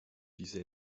diese